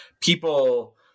people